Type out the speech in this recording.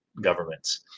governments